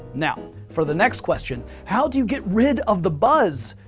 now for the next question how do you get rid of the buzz?